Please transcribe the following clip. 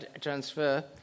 transfer